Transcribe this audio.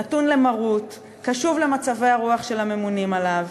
נתון למרות, קשוב למצבי הרוח של הממונים עליו,